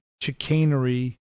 chicanery